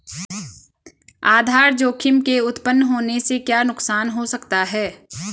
आधार जोखिम के उत्तपन होने से क्या नुकसान हो सकता है?